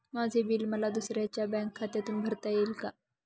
माझे बिल मला दुसऱ्यांच्या बँक खात्यातून भरता येईल का?